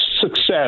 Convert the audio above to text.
success